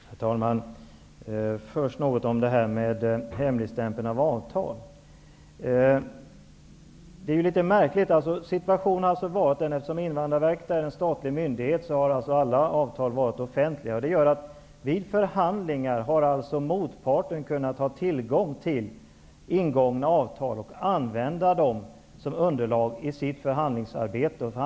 Herr talman! Först några ord om hemligstämplandet av avtal. Det här är litet märkligt. Eftersom Invandrarverket är en statlig myndighet har alla avtal varit offentliga. Vid förhandlingar har alltså motparten haft tillgång till ingångna avtal och använt dem som underlag i sitt förhandlingsarbete.